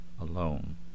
alone